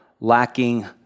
lacking